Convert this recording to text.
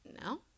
no